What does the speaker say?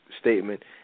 statement